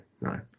no